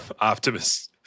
Optimus